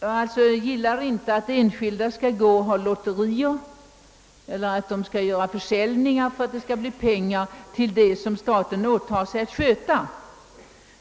Jag gillar inte att enskilda skall ha lotterier eller ordna försäljningar för att skaffa pengar till det som staten åtagit sig att sköta.